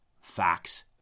facts